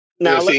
Now